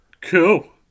cool